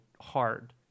hard